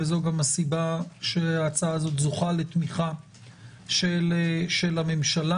וזו גם הסיבה שההצעה הזו זוכה לתמיכה של הממשלה.